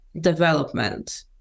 development